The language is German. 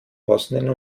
bosnien